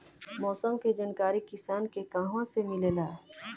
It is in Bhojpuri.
मौसम के जानकारी किसान के कहवा से मिलेला?